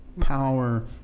power